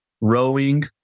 rowing